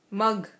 mug